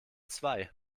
zwei